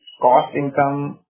cost-income